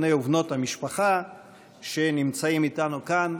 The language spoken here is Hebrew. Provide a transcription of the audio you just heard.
בני ובנות המשפחה שנמצאים איתנו כאן.